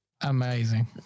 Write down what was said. Amazing